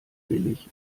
billig